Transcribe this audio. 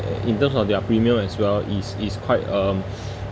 in terms of their premium as well it's it's quite um